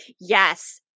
Yes